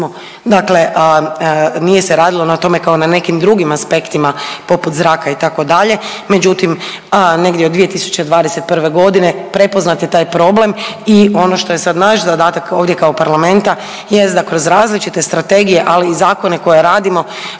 dakle nije se radilo na tome kao na nekim drugim aspektima poput zraka itd., međutim negdje od 2021.g. prepoznat je taj problem i ono što je sad naš zadatak ovdje kao parlamenta jest da kroz različite strategije, ali i zakone koje radimo